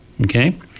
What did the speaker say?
Okay